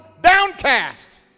downcast